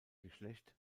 geschlecht